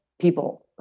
people-